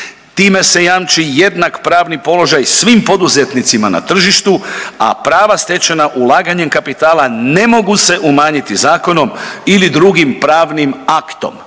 Time se jamči jednak pravni položaj svim poduzetnicima na tržištu, a prava stečena ulaganjem kapitala ne mogu se umanjiti zakonom ili drugim pravnim aktom.